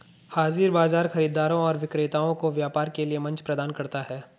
हाज़िर बाजार खरीदारों और विक्रेताओं को व्यापार के लिए मंच प्रदान करता है